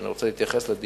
שאני רוצה להתייחס אליו,